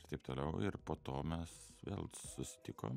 ir taip toliau ir po to mes vėl susitikom